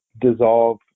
dissolve